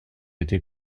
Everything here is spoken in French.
été